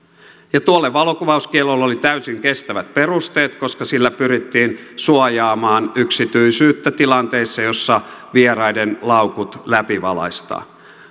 ja tuolle valokuvauskiellolle oli täysin kestävät perusteet koska sillä pyrittiin suojaamaan yksityisyyttä tilanteissa joissa vieraiden laukut läpivalaistaan